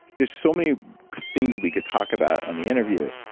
there's so many things we could talk about on the interview.